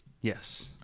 Yes